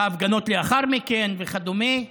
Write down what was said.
בהפגנות לאחר מכן וכדומה.